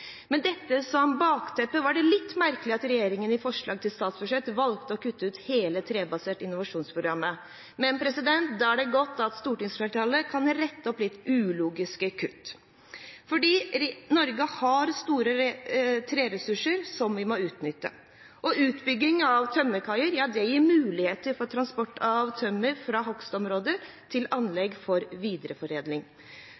Med dette som bakteppe var det litt merkelig at regjeringen i forslag til statsbudsjett valgte å kutte ut hele det trebaserte innovasjonsprogrammet. Men da er det godt at stortingsflertallet kan rette opp litt ulogiske kutt. Norge har store treressurser som vi må utnytte. Utbygging av tømmerkaier gir muligheter for transport av tømmer fra hogstområder til anlegg for videreforedling.